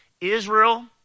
Israel